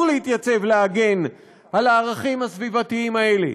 להתייצב להגן על הערכים הסביבתיים האלה,